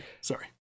Sorry